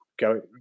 go